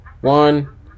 one